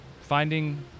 finding